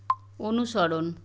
অনুসরণ